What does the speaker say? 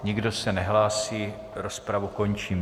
Nikdo se nehlásí, rozpravu končím.